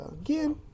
again